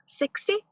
Sixty